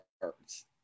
words